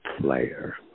player